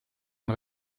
une